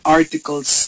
articles